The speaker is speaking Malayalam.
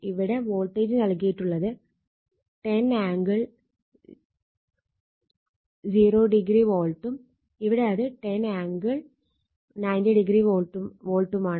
ഇവിടെ വോൾട്ടേജ് നൽകിയിട്ടുള്ളത് 10 ആംഗിൾ 0 ഡിഗ്രി വോൾട്ടും ഇവിടെ അത് 10 ആംഗിൾ 90 ഡിഗ്രി വോൾട്ടുമാണ്